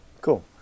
Cool